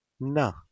No